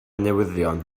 newyddion